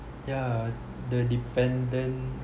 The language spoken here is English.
ya the dependent